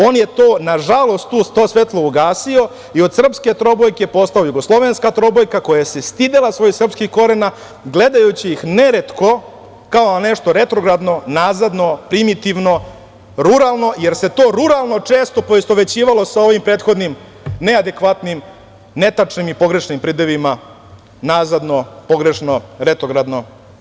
On je, nažalost, to svetlo ugasio i od srpske trobojke postao jugoslovenska trobojka, koja se stidela svojih srpskih korena, gledajući ih neretko kao na nešto retrogradno, nazadno, primitivno, ruralno, jer se to ruralno često poistovećivalo sa ovim prethodnim neadekvatnim, netačnim i pogrešnim pridevima – nazadno, pogrešno, retrogradno.